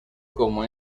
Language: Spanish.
como